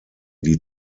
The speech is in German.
die